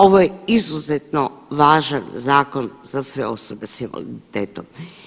Ovo je izuzetno važan zakon za sve osobe s invaliditetom.